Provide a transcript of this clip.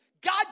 God